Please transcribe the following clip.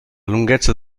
lunghezza